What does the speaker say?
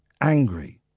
angry